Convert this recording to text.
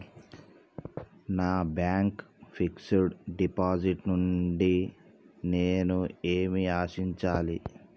నా bank fixed deposit నుండి నేను ఏమి ఆశించాలి?